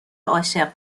عاشق